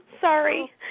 Sorry